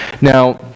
Now